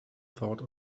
thought